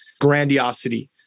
grandiosity